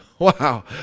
Wow